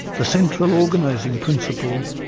the central organising principle,